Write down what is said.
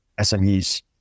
SMEs